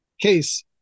case